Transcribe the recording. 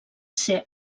ser